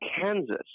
Kansas